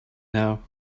now